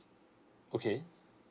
okay